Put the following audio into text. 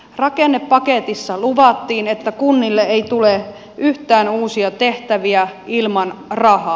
rakennepaketissa luvattiin että kunnille ei tule yhtään uusia tehtäviä ilman rahaa